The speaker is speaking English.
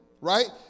right